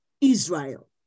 Israel